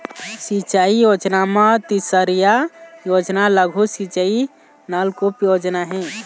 सिंचई योजना म तीसरइया योजना लघु सिंचई नलकुप योजना हे